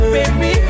Baby